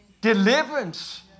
Deliverance